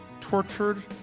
tortured